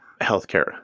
healthcare